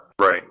Right